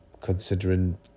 considering